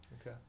Okay